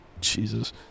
Jesus